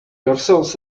yourselves